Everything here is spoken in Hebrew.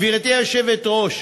גברתי היושבת-ראש,